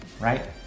right